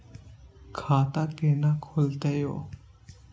खाता केना खुलतै यो